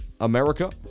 America